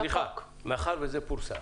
מאחר וזה פורסם,